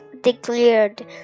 declared